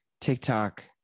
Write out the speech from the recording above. tiktok